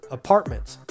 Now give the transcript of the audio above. apartments